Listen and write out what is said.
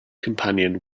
companion